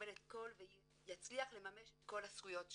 יקבל ויצליח לממש את כל הזכויות שלו.